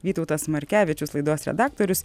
vytautas markevičius laidos redaktorius